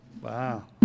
wow